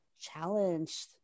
Challenged